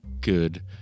good